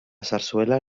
sarsuela